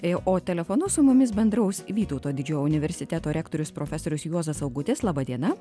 o telefonu su mumis bendraus vytauto didžiojo universiteto rektorius profesorius juozas augutis laba diena